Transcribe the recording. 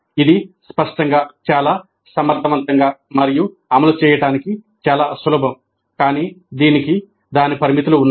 ఇది స్పష్టంగా చాలా సమర్థవంతంగా మరియు అమలు చేయడానికి చాలా సులభం కానీ దీనికి దాని పరిమితులు ఉన్నాయి